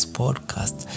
podcast